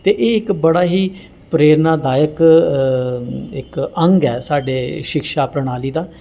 ते एह् इक बड़ा ही प्रेरणादायक इक अंग ऐ साढ़े शिक्षा प्रणाली दा